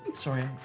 sorry.